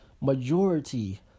majority